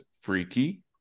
Freaky